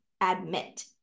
admit